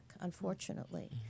unfortunately